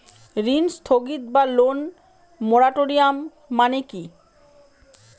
ঋণ স্থগিত বা লোন মোরাটোরিয়াম মানে কি?